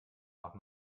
nach